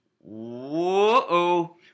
Whoa